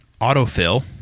autofill